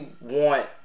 want